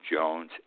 Jones